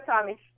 Tommy